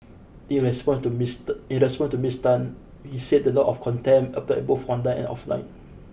in response to Ms in response to Ms Tan he said the law of contempt applied both online and offline